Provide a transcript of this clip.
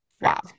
Wow